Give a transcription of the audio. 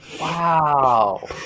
Wow